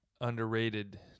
underrated